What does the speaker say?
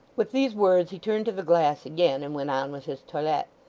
with these words he turned to the glass again, and went on with his toilet.